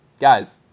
guys